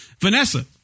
Vanessa